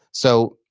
so,